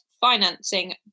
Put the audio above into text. financing